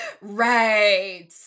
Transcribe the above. Right